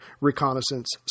reconnaissance